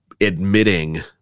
admitting